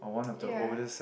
ya